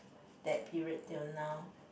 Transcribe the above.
that period till now